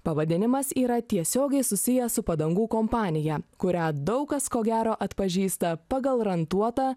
pavadinimas yra tiesiogiai susijęs su padangų kompanija kurią daug kas ko gero atpažįsta pagal rantuotą